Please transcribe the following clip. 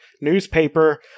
newspaper